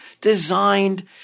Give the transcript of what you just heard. designed